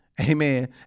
Amen